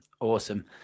awesome